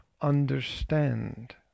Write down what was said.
understand